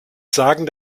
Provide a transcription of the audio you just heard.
sagen